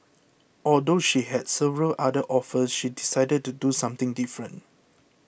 although she had several other offers she decided to do something different